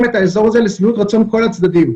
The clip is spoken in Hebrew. את האזור הזה לשביעות רצון כל הצדדים.